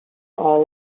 all